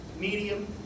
medium